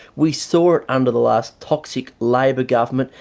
we saw it under the last toxic labor government,